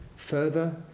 further